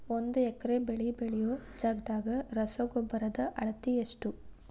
ಒಂದ್ ಎಕರೆ ಬೆಳೆ ಬೆಳಿಯೋ ಜಗದಾಗ ರಸಗೊಬ್ಬರದ ಅಳತಿ ಎಷ್ಟು?